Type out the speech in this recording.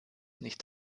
nicht